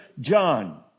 John